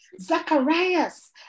zacharias